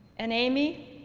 and amy,